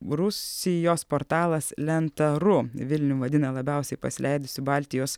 rusijos portalas lenta ru vilnių vadina labiausiai pasileidusiu baltijos